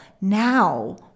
Now